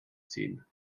ziehen